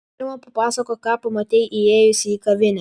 pirma papasakok ką pamatei įėjusi į kavinę